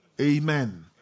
Amen